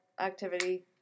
activity